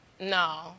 no